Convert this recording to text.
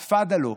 תפדלו,